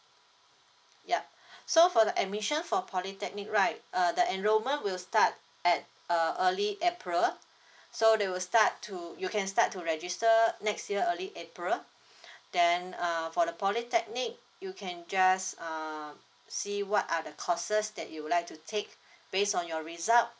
yup so for the admission for polytechnic right uh the enrollment will start at uh early april so they will start to you can start to register next year early april then uh for the polytechnic you can just err see what are the courses that you'd like to take based on your result